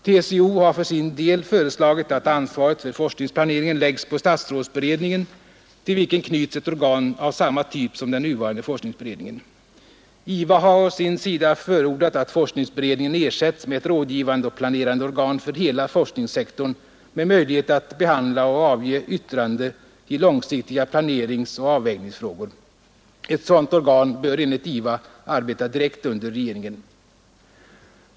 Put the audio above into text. TCO har för sin del föreslagit att ansvaret för forskningsplaneringen läggs på statsrådsberedningen, till vilken knyts ett organ av samma typ som den nuvarande forskningsberedningen. IVA har å sin sida förordat att forskningsberedningen ersätts med ett rådgivande och planerande organ för hela forsknings sektorn med möjlighet att behandla och avge yttrande i långsiktiga planeringsoch avvägningsfrågor. Ett sådant organ bör enligt IVA arbeta direkt under regeringen.